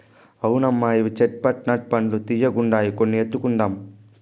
అవునమ్మా ఇవి చేట్ పట్ నట్ పండ్లు తీయ్యగుండాయి కొన్ని ఎత్తుకుందాం